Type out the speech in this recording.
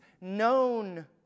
known